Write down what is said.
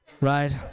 right